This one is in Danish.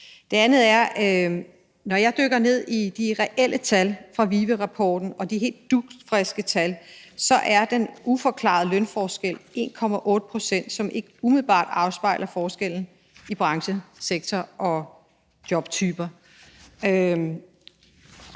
Noget andet er, at når jeg dykker ned i de reelle tal fra VIVE-rapporten, de helt dugfriske tal, kan man se, at den uforklarede lønforskel er 1,8 pct., som ikke umiddelbart afspejler forskellen i forhold til branche, sektor og jobtyper.